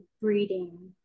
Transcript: breeding